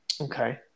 Okay